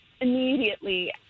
Immediately